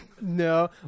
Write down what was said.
no